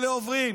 אלה עוברים.